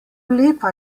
lepa